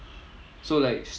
so like